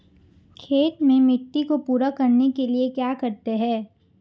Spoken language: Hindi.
खेत में मिट्टी को पूरा करने के लिए क्या करते हैं?